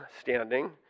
standing